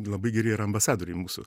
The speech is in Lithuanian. labai geri yra ambasadoriai mūsų